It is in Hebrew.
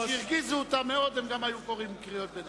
כשהרגיזו אותם מאוד הם היו קוראים קריאות ביניים.